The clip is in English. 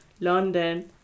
London